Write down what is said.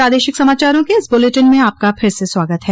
प्रादेशिक समाचारों के इस बुलेटिन में आपका फिर से स्वागत है